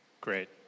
great